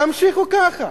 תמשיכו ככה,